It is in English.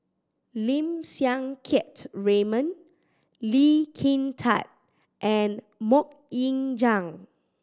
Lim Siang Keat Raymond Lee Kin Tat and Mok Ying Jang